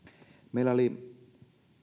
meillä oli